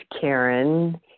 Karen